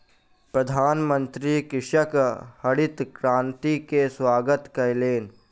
प्रधानमंत्री कृषकक हरित क्रांति के स्वागत कयलैन